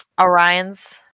Orion's